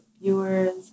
viewers